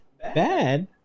Bad